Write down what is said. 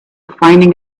finding